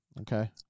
okay